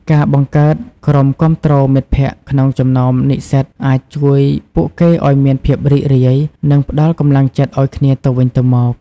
ការបង្កើតក្រុមគាំទ្រមិត្តភ័ក្តិក្នុងចំណោមនិស្សិតអាចជួយពួកគេឱ្យមានភាពរីករាយនិងផ្ដល់កម្លាំងចិត្តឱ្យគ្នាទៅវិញទៅមក។